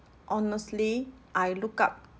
honestly I look up